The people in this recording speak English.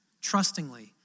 trustingly